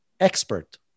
expert